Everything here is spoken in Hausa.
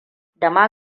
dama